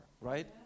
right